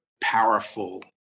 powerful